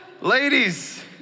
Ladies